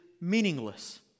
meaningless